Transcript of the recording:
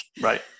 Right